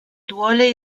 duole